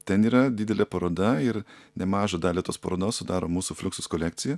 ten yra didelė paroda ir nemažą dalį tos parodos sudaro mūsų fliuksus kolekcija